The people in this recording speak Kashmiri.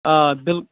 آ بِل